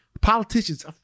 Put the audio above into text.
politicians